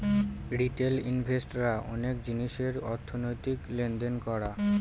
retail invest রা অনেক জিনিসের অর্থনৈতিক লেনদেন করা